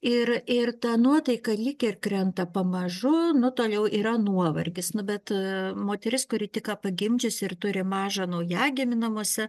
ir ir ta nuotaika lyg ir krenta pamažu nu toliau yra nuovargis nu bet moteris kuri tik ką pagimdžiusi ir turi mažą naujagimį namuose